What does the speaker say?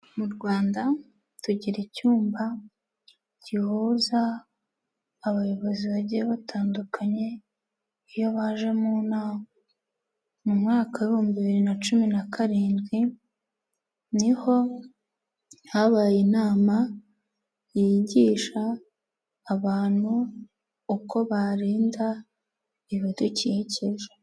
Mu Rwanda tugira icyumba gihuza abayobozi bagiye batandukanye, iyo baje mu nama. Mu mwaka w'ibihumbi bibiri na cumi na karindwi ni ho habaye inama yigisha abantu uko barinda ibidukikije.